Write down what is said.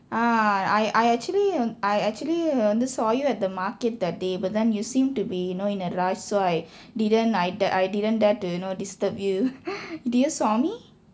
ah I I actually I actually வந்து:vandthu saw you at the market that day but then you seem to be you know in a rush so I didn't I I didn't dare to you know disturb you did you saw me